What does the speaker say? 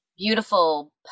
beautiful